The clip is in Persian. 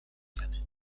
زنه